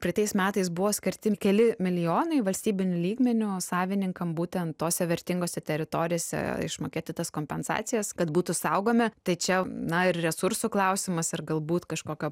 praeitais metais buvo skirti keli milijonai valstybiniu lygmeniu savininkam būtent tose vertingose teritorijose išmokėti tas kompensacijas kad būtų saugomi tai čia na ir resursų klausimas ir galbūt kažkokio